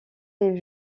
les